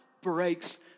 breaks